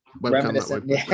reminiscent